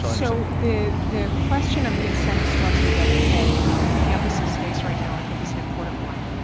so the the question of the incentive structure that that campuses face right now i think is an important one.